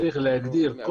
תקציבי, כן, זו פעם ראשונה.